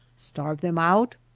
starve them out?